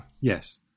Yes